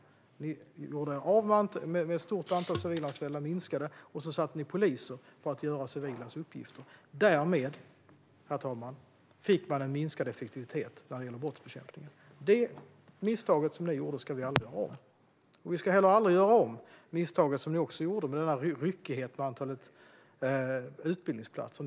Ni minskade antalet civilanställda, och så satte ni poliser att göra civilas uppgifter. Därmed, herr talman, fick man en minskad effektivitet när det gäller brottsbekämpningen. Det misstaget som ni gjorde ska vi aldrig göra om. Vi ska heller aldrig göra om misstaget som ni också gjorde med ryckigheten gällande antalet utbildningsplatser.